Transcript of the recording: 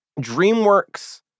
DreamWorks